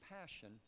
passion